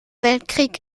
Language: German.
weltkrieg